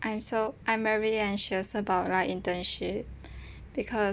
I'm so I'm very anxious about like internship because